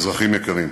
אזרחים יקרים,